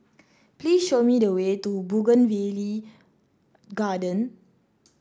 please show me the way to Bougainvillea Garden